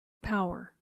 power